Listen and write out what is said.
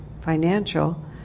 financial